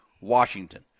Washington